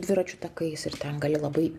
dviračių takais ir ten gali labai